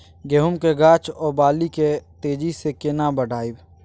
गेहूं के गाछ ओ बाली के तेजी से केना बढ़ाइब?